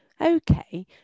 Okay